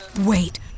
Wait